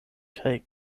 kaj